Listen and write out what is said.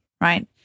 right